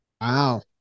Wow